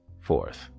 Fourth